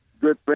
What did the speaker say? good